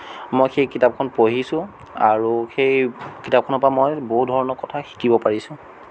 মই সেই কিতাপখন পঢ়িছোঁ আৰু সেই কিতাপখনৰ পৰা মই বহু ধৰণৰ কথা শিকিব পাৰিছোঁ